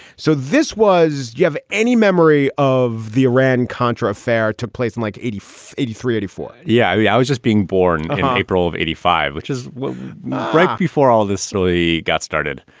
so this was you have any memory of the iran-contra affair took place in like eighty four, eighty three, eighty four? yeah. i was just being born in april of eighty five, which is right before all this really got started.